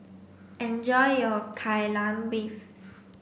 enjoy your Kai Lan Beef